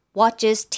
watches